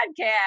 podcast